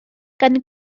gan